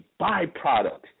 byproduct